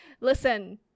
Listen